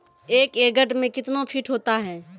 एक एकड मे कितना फीट होता हैं?